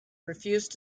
refused